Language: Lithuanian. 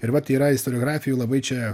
ir vat yra istoriografijoj labai čia